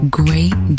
great